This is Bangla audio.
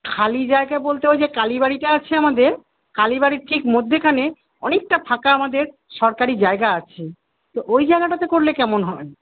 খালি জায়গা বলতে ওই যে কালীবাড়িটা আছে আমাদের কালীবাড়ির ঠিক মাঝখানে অনেকটা ফাঁকা আমাদের সরকারি জায়গা আছে তো ওই জায়গাটাতে করলে কেমন হয়